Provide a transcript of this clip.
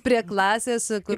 prie klasės kur